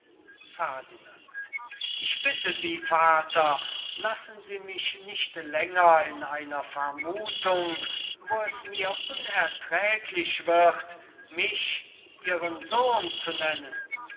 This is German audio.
ich bitte sie vater lassen sie mich nicht länger in einer vermuthung wo es mir unerträglich wird mich ihren sohn zu nennen